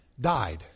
died